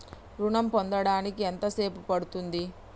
ఋణం పొందడానికి ఎంత సేపు పడ్తుంది?